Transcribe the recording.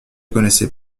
connaissais